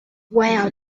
wow